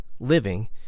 living